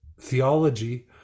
theology